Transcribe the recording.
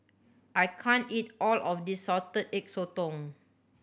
I can't eat all of this Salted Egg Sotong